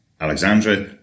Alexandra